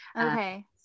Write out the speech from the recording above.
Okay